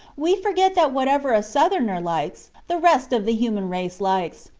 we forget that whatever a southerner likes the rest of the human race likes,